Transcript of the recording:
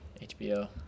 hbo